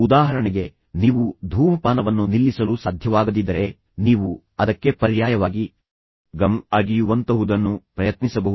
ಉದಾಹರಣೆಗೆ ನೀವು ಧೂಮಪಾನವನ್ನು ನಿಲ್ಲಿಸಲು ಸಾಧ್ಯವಾಗದಿದ್ದರೆ ನೀವು ಅದಕ್ಕೆ ಪರ್ಯಾಯವಾಗಿ ಗಮ್ ಅನ್ನು ಅಗಿಯುವಂತಹುದನ್ನು ಪ್ರಯತ್ನಿಸಬಹುದು